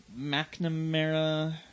McNamara